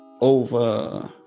Over